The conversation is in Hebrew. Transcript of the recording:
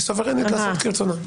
היא סוברנית להחליט כרצונה.